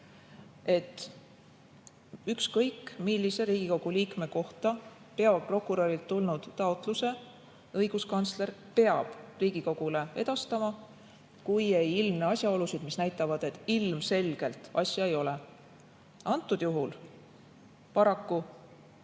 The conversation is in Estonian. ükskõik millise Riigikogu liikme kohta peaprokurörilt tulnud taotluse õiguskantsler peab Riigikogule edastama, kui ei ilmne asjaolusid, mis näitavad, et ilmselgelt asja ei ole. Antud juhul paraku